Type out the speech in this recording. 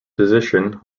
position